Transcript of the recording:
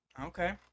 Okay